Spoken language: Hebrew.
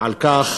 על כך